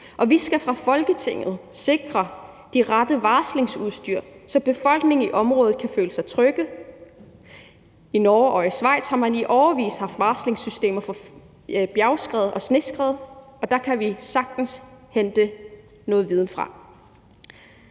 og vi skal fra Folketingets side sikre det rette varslingsudstyr, så befolkningen i området kan føle sig trygge. I Norge og i Schweiz har man i årevis haft varslingssystemer for bjergskred og sneskred, og der kan vi sagtens hente noget viden fra.